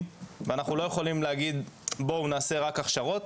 ואנחנו לא יכולים להגיד שנעשה רק הכשרות